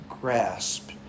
grasp